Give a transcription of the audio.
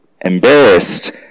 Embarrassed